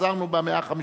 עזרנו ב-150